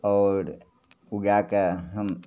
आओर उगैके हम